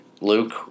luke